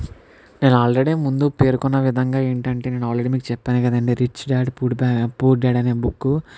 నేను ఆల్రెడీ ముందు పేర్కొన్న విధంగా ఏంటి అంటే నేను ఆల్రెడీ మీకు చెప్పాను కదా అండి రిచ్ డాడ్ పూర్ బా పూర్ డాడ్ అనే బుక్